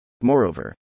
Moreover